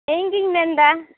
ᱤᱧᱜᱤᱧ ᱢᱮᱱ ᱮᱫᱟ